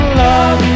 love